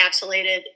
encapsulated